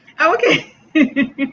Okay